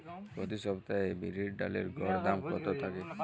প্রতি সপ্তাহে বিরির ডালের গড় দাম কত থাকে?